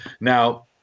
Now